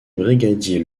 brigadier